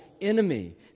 enemy